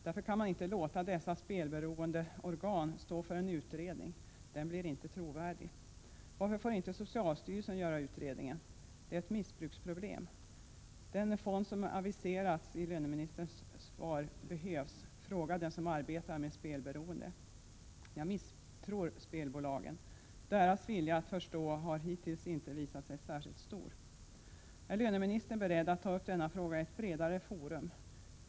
Därför kan vi inte låta dessa spelberoende organ stå för en utredning. Den blir inte trovärdig. Varför får inte socialstyrelsen göra utredningen? Det är ett missbruksproblem. Den fond som har aviserats i löneministerns svar behövs, fråga den som arbetar med spelberoende. Jag misstror spelbolagen. Deras vilja att förstå har inte hittills visat sig särskilt stor. Är löneministern beredd att ta upp denna fråga i ett bredare forum?